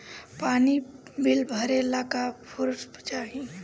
पानी बिल भरे ला का पुर्फ चाई?